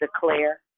Declare